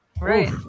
Right